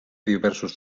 diversos